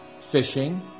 fishing